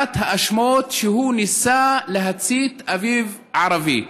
אחת ההאשמות, שהוא ניסה להצית אביב ערבי.